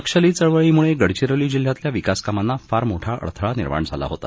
नक्षली चळवळीमुळे गडचिरोली जिल्ह्यातल्या विकास कामांना फार मोठा अडथळा निर्माण झाला होता